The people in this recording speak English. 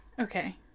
okay